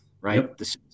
right